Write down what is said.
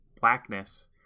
blackness